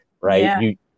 right